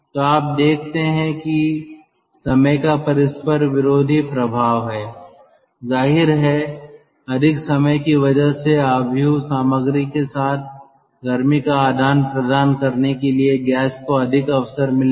तो आप देखते हैं कि समय का परस्पर विरोधी प्रभाव है जाहिर है अधिक समय की वजह से मैट्रिक्स सामग्री के साथ गर्मी का आदान प्रदान करने के लिए गैस को अधिक अवसर मिलेगा